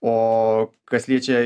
o kas liečia